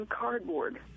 cardboard